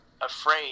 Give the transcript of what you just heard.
afraid